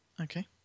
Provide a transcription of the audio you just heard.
Okay